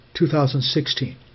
2016